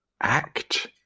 act